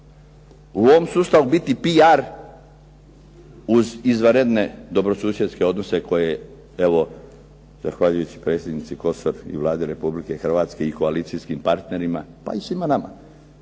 u ovom sustavu biti PR uz izvanredne dobrosusjedske odnose koje evo zahvaljujući predsjednici Kosor i Vladi Republike Hrvatske i koalicijskim partnerima, pa i svima nama,